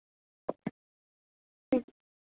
ठीक